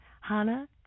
Hana